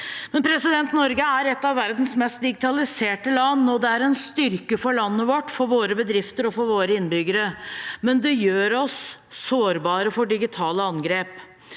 for dem. Norge er et av verdens mest digitaliserte land. Det er en styrke for landet vårt, for våre bedrifter og for våre innbyggere, men det gjør oss sårbare for digitale angrep.